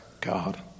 God